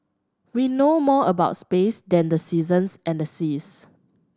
we know more about space than the seasons and the seas